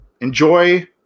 enjoy